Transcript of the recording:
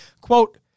Quote